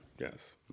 Yes